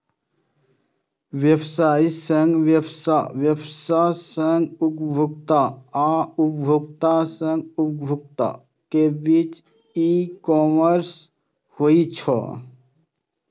व्यवसाय सं व्यवसाय, व्यवसाय सं उपभोक्ता आ उपभोक्ता सं उपभोक्ता के बीच ई कॉमर्स होइ छै